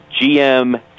gm